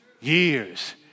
years